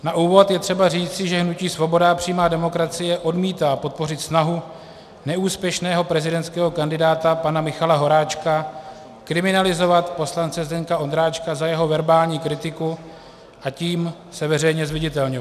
Na úvod je třeba říci, že hnutí Svoboda a přímá demokracie odmítá podpořit snahu neúspěšného prezidentského kandidáta, pana Michala Horáčka, kriminalizovat poslance Zdeňka Ondráčka za jeho verbální kritiku, a tím se veřejně zviditelňovat.